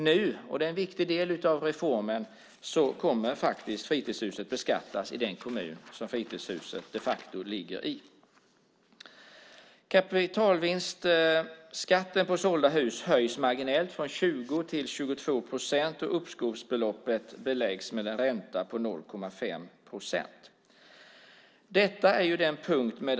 Nu kommer - och det är en viktig del av reformen - fritidshuset att beskattas i den kommun det faktiskt ligger i. Kapitalvinstskatten på sålda hus höjs marginellt från 20 till 22 procent och uppskovsbeloppet beläggs med en ränta på 0,5 procent.